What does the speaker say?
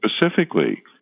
specifically